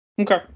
Okay